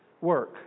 work